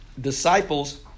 disciples